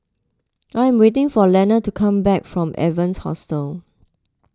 I am waiting for Leonor to come back from Evans Hostel